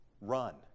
run